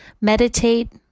Meditate